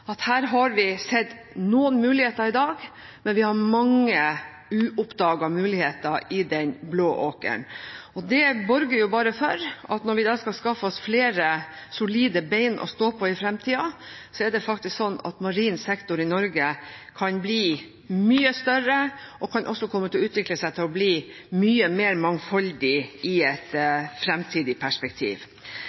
at vi har sett noen muligheter i dag, men det er mange uoppdagede muligheter i den blå åkeren. Det borger for at når vi skal skaffe oss flere solide bein å stå på i fremtiden, er det faktisk slik at marin sektor i Norge kan bli mye større, og den kan også komme til å utvikle seg til å bli mye mer mangfoldig i et fremtidig perspektiv.